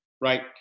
right